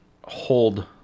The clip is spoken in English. hold